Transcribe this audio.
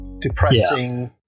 Depressing